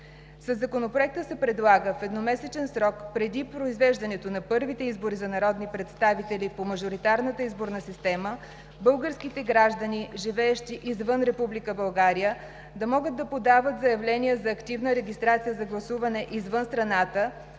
Със Законопроекта се предлага в едномесечен срок, преди произвеждането на първите избори за народни представители по мажоритарната изборна система, българските граждани, живеещи извън Република България, да могат да подават заявления за активна регистрация за гласуване извън страната